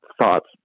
thoughts